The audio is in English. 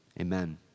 Amen